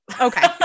okay